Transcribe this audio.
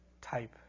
type